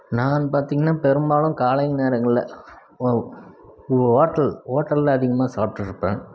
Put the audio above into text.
நான் பார்த்தீங்கன்னா பெரும்பாலும் காலை நேரங்களில் வோட்டல் ஹோட்டல்ல அதிகமாக சாப்பிட்ருப்பேன்